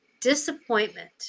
disappointment